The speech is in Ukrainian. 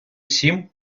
сім